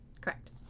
correct